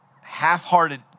half-hearted